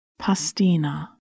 Pastina